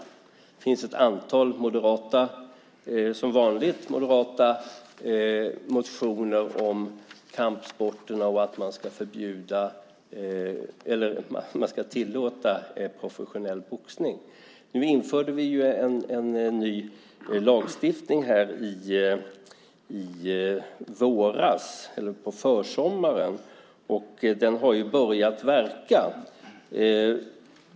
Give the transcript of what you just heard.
Det finns, som vanligt, ett antal moderata motioner om kampsporterna och om att professionell boxning ska tillåtas. Men på försommaren förra året infördes ju en ny lagstiftning som har börjat verka.